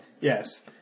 Yes